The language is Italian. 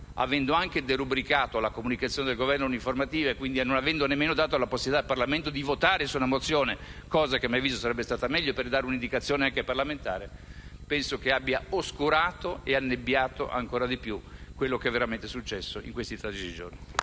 avendo anche derubricato la comunicazione del Governo ad un'informativa e non avendo nemmeno dato la possibilità al Parlamento di votare su una mozione (cosa che, a mio avviso, sarebbe stata meglio per dare un'indicazione parlamentare), penso abbia oscurato e annebbiato ancora di più quello che è successo in questi tragici giorni.